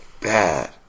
Bad